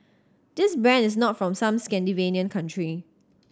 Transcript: this brand is not from some Scandinavian country